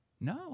No